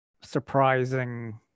surprising